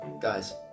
guys